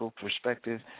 perspective